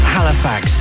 Halifax